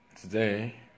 Today